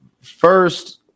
First